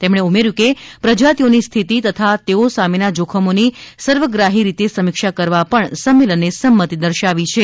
તેમણે ઉમેર્યું કે પ્રજાતિઓની સ્થિતિ તથા તેઓ સામેના જોખમોની સર્વગ્રાહી રીતે સમીક્ષા કરવા પણ સંમેલને સંમતિ દર્શાવી છે